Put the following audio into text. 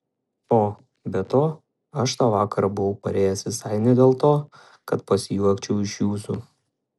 o be to aš tą vakarą buvau parėjęs visai ne dėl to kad pasijuokčiau iš jūsų